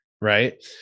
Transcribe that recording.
right